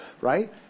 right